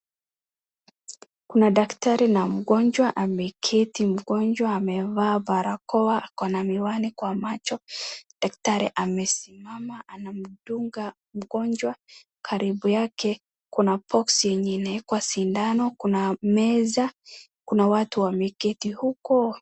Kuna daktari na mgonjwa ameketi. Mgonjwa amevaa barakoa akona miwani kwa macho. Daktari amesimama anamdunga mgonjwa , karibu yake kuna boxi ikona sindano kuna meza, kuna watu wameketi huko.